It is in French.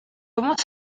commence